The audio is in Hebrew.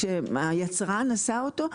כשהיצרן עשה אותו,